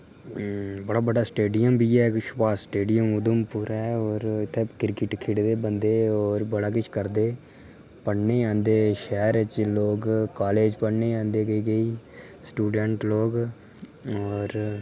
बड़ा बड्डा सटेडियम बी ऐ इक सभाश सटेडियम उधमपुर ऐ और इत्थै क्रिकेट खेढदे बंदे और बी बड़ा किश करदे पढ़ने आंदे शैह्र च लोक कालेज च पढ़ने आंदे केई केई स्टुडैंट लोक और